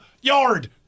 yard